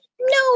no